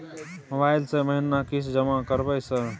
Mobile से महीना किस्त जमा करबै सर?